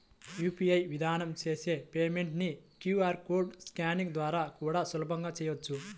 UPI విధానం చేసే payment ని క్యూ.ఆర్ కోడ్ స్కానింగ్ ద్వారా కూడా సులభంగా చెయ్యొచ్చు